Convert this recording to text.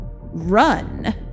run